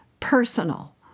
personal